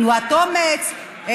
תנועת אומץ,